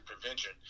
prevention